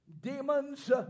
demons